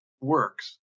works